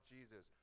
Jesus